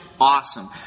awesome